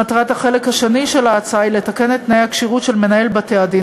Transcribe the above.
מטרת החלק השני של ההצעה היא לתקן את תנאי הכשירות של מנהל בתי-הדין